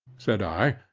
said i,